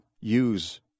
use